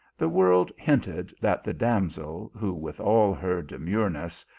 the world hinted that the damsel, who, with all her demureness,